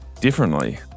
differently